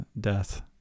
death